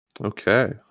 Okay